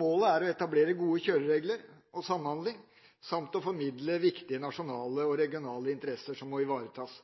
Målet er å etablere gode kjøreregler for samhandling samt å formidle viktige nasjonale og regionale interesser, som må ivaretas.